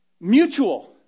mutual